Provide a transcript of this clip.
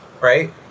right